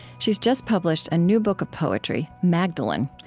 she's just published a new book of poetry, magdalene.